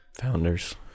Founders